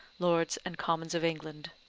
lords and commons of england.